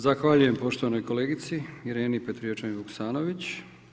Zahvaljujem poštovanoj kolegici Ireni Petrijevčanin Vuksanović.